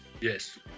Yes